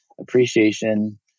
Appreciation